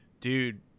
dude